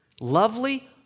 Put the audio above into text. lovely